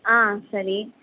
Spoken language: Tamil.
ஆ சரி